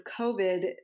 COVID